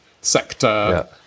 sector